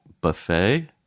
buffet